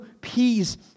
peace